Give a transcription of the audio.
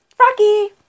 rocky